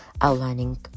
outlining